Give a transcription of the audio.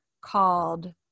called